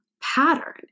pattern